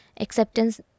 acceptance